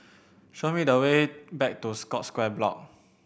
show me the way back to Scotts Square Block